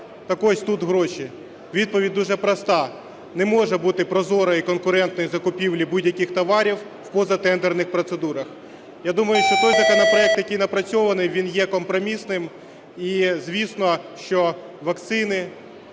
так ось тут гроші. Відповідь дуже проста: не може бути прозорої і конкурентної закупівлі будь-яких товарів в позатендерних процедурах. Я думаю, що той законопроект, який напрацьований, він є компромісним і, звісно, що вакцини,